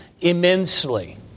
immensely